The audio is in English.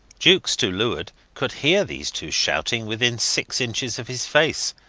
jukes to leeward could hear these two shouting within six inches of his face,